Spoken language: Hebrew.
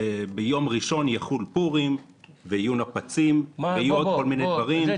שביום ראשון יחול פורים ויהיו נפצים ויהיו עוד כל מיני דברים.